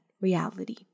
reality